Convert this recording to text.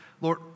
Lord